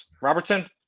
Robertson